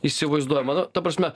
įsivaizduoja mano ta prasme